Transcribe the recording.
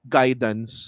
guidance